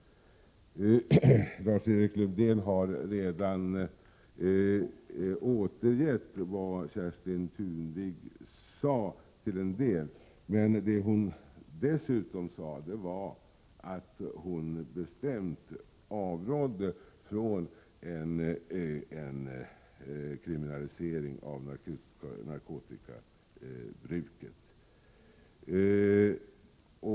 Lars-Erik Lövdén har redan till en del återgett vad Kerstin Tunving sade. Hon sade dessutom att hon bestämt avrådde från en kriminalisering av narkotikabruk.